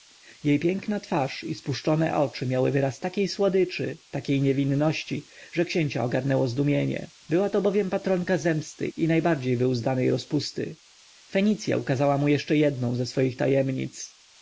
jej piękna twarz i spuszczone oczy miały wyraz takiej słodyczy takiej niewinności że księcia ogarnęło zdumienie była to bowiem patronka zemsty i najbardziej wyuzdanej rozpusty fenicja ukazała mu jeszcze jedną ze swych tajemnic